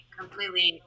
completely